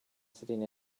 sitting